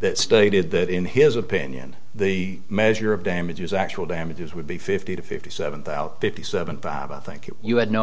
that stated that in his opinion the measure of damages actual damages would be fifty to fifty seven fifty seven five i think if you had no